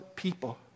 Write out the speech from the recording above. People